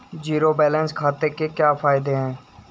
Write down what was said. Zero balance खाते के क्या फायदे हैं?